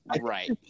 Right